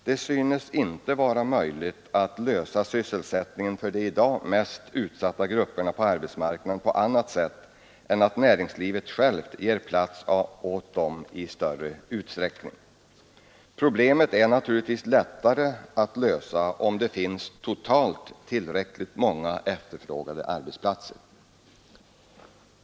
Det synes inte vara möjligt att lösa sysselsättningsproblemen för de i dag mest utsatta grupperna på arbetsmarknaden på annat sätt än genom att näringslivet självt ger plats åt dem i större utsträckning. Problemet är naturligtvis lättare att lösa om det totalt finns tillräckligt många efterfrågade arbetsplatser.